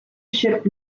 ship